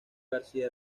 garcía